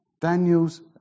Daniel's